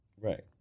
Right